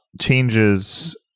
changes